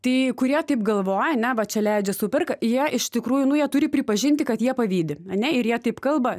tai kurie taip galvoja ane va čia leidžia sau perka jie iš tikrųjų nu jie turi pripažinti kad jie pavydi ane ir jie taip kalba